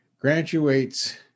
graduates